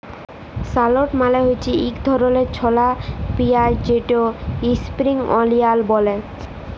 shallot মালে হছে ইক ধরলের ছলা পিয়াঁইজ যেটাকে ইস্প্রিং অলিয়াল ব্যলে